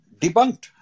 debunked